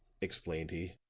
explained he,